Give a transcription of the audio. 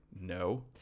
no